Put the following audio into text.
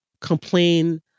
complain